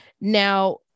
Now